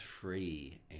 Free